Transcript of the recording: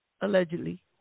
allegedly